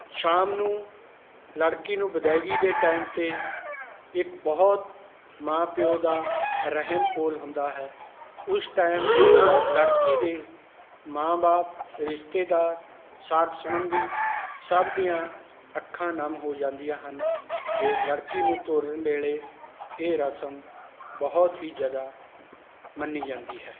ਸ਼ਾਮ ਨੂੰ ਲੜਕੀ ਨੂੰ ਵਿਦਾਇਗੀ ਦੇ ਟਾਇਮ ਅਤੇ ਇੱਕ ਬਹੁਤ ਮਾਂ ਪਿਓ ਦਾ ਅਹਿਮ ਰੋਲ ਹੁੰਦਾ ਹੈ ਉਸ ਟਾਇਮ ਲੜਕੀ ਦੇ ਮਾਂ ਬਾਪ ਰਿਸ਼ਤੇਦਾਰ ਸਾਕ ਸਬੰਧੀ ਸਭ ਦੀਆਂ ਅੱਖਾਂ ਨਮ ਹੋ ਜਾਂਦੀਆਂ ਹਨ ਕਿ ਲੜਕੀ ਨੂੰ ਤੋਰਨ ਵੇਲੇ ਇਹ ਰਸਮ ਬਹੁਤ ਹੀ ਜ਼ਿਆਦਾ ਮੰਨੀ ਜਾਂਦੀ ਹੈ